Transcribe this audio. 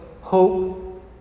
hope